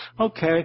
Okay